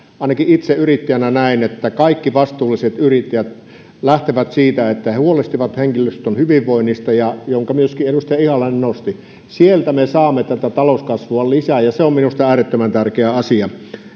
ainakin itse yrittäjänä näen että kaikki vastuulliset yrittäjät lähtevät siitä että huolehtivat henkilöstön hyvinvoinnista jonka myöskin edustaja ihalainen nosti sieltä me saamme tätä talouskasvua lisää ja se on minusta äärettömän tärkeä asia